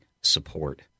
support